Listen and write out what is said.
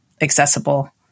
accessible